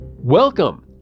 Welcome